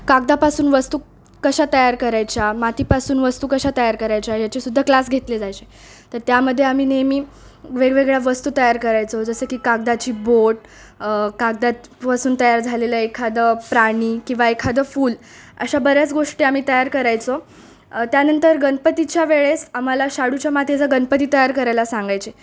कागदापासून वस्तू कशा तयार करायच्या मातीपासून वस्तू कशा तयार करायच्या याचेसुद्धा क्लास घेतले जायचे तर त्यामध्ये आम्ही नेहमी वेगवेगळ्या वस्तू तयार करायचो जसं की कागदाची बोट कागदापासून तयार झालेलं एखादं प्राणी किंवा एखादं फूल अशा बऱ्याच गोष्टी आम्ही तयार करायचो त्यानंतर गणपतीच्या वेळेस आम्हाला शाडूच्या मातीचा गणपती तयार करायला सांगायचे